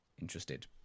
interested